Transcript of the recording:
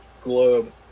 globe